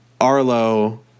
Arlo